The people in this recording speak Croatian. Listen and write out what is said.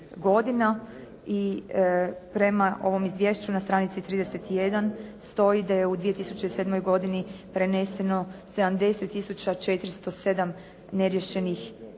i prema ovom izvješću na stranici 31 stoji da je u 2007. godini preneseno 70 407 neriješenih zahtjeva,